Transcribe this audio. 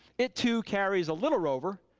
it too carries a little rover.